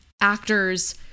actors